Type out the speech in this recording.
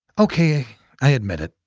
okay i admit it.